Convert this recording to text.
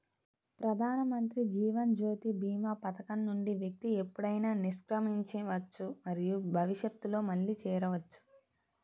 ప్రధానమంత్రి జీవన్ జ్యోతి భీమా పథకం నుండి వ్యక్తి ఎప్పుడైనా నిష్క్రమించవచ్చు మరియు భవిష్యత్తులో మళ్లీ చేరవచ్చు